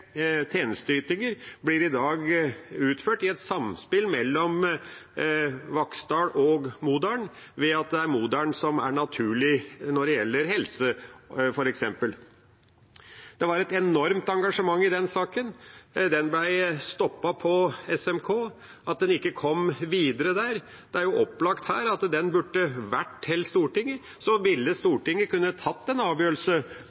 Modalen, ved at det er Modalen som er naturlig når det gjelder f.eks. helse. Det var et enormt engasjement i den saken. Den ble stoppet på SMK og kom ikke videre. Det er opplagt at den burde kommet til Stortinget, og så ville Stortinget kunnet ta en avgjørelse